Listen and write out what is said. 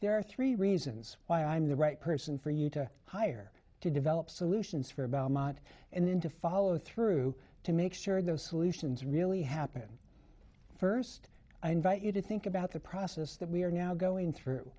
there are three reasons why i'm the right person for you to hire to develop solutions for about a month and then to follow through to make sure those solutions really happening first i invite you to think about the process that we are now going through